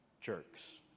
jerks